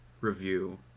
review